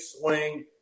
swing